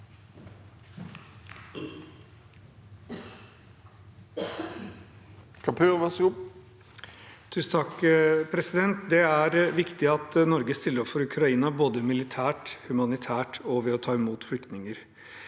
Kapur (H) Det er viktig at Norge stiller opp for Ukraina, både militært, humanitært og ved å ta imot flyktninger.